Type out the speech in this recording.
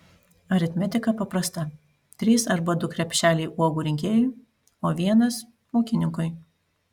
aritmetika paprasta trys arba du krepšeliai uogų rinkėjui o vienas ūkininkui